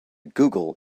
google